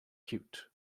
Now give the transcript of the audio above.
cute